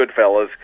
Goodfellas